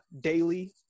daily